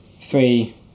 three